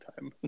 time